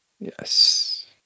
Yes